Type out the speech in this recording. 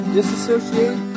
Disassociate